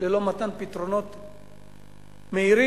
ללא מתן פתרונות מהירים,